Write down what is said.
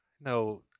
No